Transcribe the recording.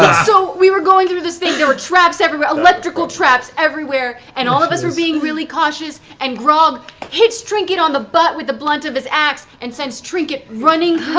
so we were going through this thing. there were traps everywhere electrical traps, everywhere. and all of us were being really cautious, and grog hits trinket on the butt with the blunt of his axe and sends trinket running